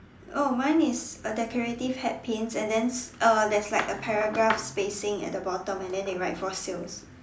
oh mine is a decorative hat pins and then uh there's like a paragraph spacing at the bottom and then they write for sales